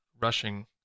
rushing